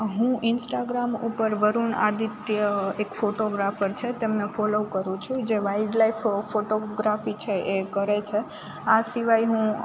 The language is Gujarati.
હું ઇન્સ્ટાગ્રામ ઉપર વરુણ આદિત્ય એક ફોટોગ્રાફર છે તેમને ફોલો કરું છું જે વાઇલ્ડ લાઈફ ફ ફોટોગ્રાફી છે એ કરે છે આ સિવાય હું